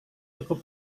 cukup